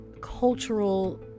cultural